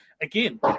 again